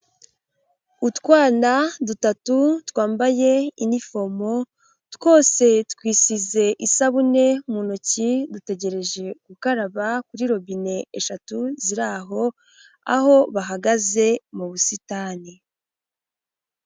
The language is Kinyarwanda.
Utwana dutatu twambaye inifomo, twose twisize isabune mu ntoki dutegereje gukaraba kuri robine eshatu ziri aho, aho bahagaze mu busitani.